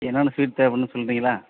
என்னென்ன ஸ்வீட் தேவைப்படுதுன்னு சொல்கிறீங்களா